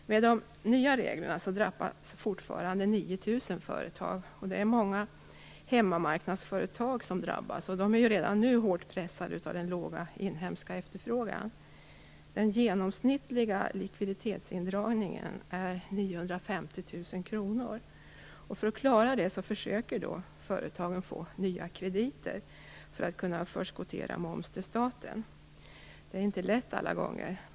Med de nya reglerna drabbas fortfarande 9 000 företag. Många hemmamarknadsföretag drabbas, och de är redan nu hårt pressade av den låga inhemska efterfrågan. Den genomsnittliga likviditetsindragningen är 950 000 kr. För att klara av det försöker företagen få nya krediter så att de kan förskottera moms till staten. Det är inte lätt alla gånger.